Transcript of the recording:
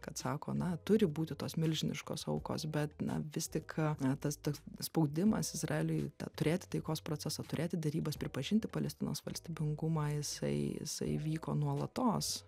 kad sako na turi būti tos milžiniškos aukos bet na vis tik na tas tas spaudimas izraeliui turėti taikos procesą turėti derybas pripažinti palestinos valstybingumą jisai jisai vyko nuolatos